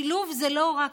שילוב זה לא רק,